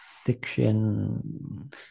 fiction